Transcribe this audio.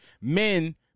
men